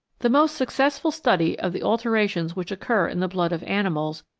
the most successful study of the alterations which occur in the blood of animals,